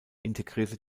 integrierte